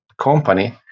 company